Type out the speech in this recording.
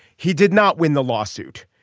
he did not win the lawsuit.